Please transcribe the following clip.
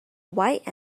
white